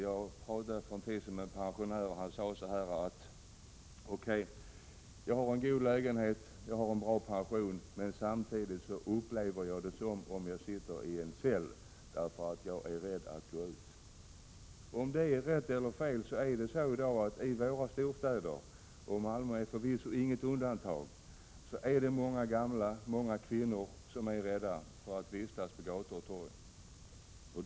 Jag förmodar därför att en pensionär skulle kunna säga på följande sätt: Jag har en god lägenhet och jag har en bra pension, men samtidigt upplever jag det som om jag sitter i en cell, eftersom jag är rädd för att gå ut. Det må vara rätt eller fel att reagera på det sättet, men faktum är att i våra storstäder — och Malmö är förvisso inget undantag — är många gamla och många kvinnor rädda för att vistas på gator och torg.